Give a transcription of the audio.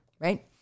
Right